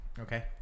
Okay